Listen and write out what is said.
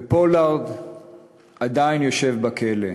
ופולארד עדיין יושב בכלא.